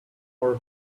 our